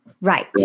Right